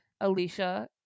alicia